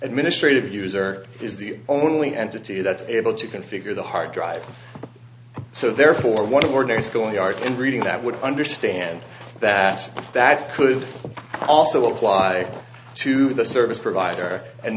administrative user is the only entity that's able to configure the hard drive so therefore what we're doing schoolyard and reading that would understand that that could also apply to the service provider and